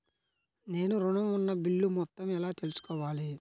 నేను ఋణం ఉన్న బిల్లు మొత్తం ఎలా తెలుసుకోవాలి?